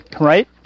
right